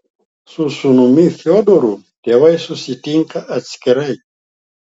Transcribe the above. su sūnumi fiodoru tėvai susitinka atskirai